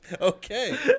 Okay